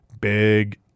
big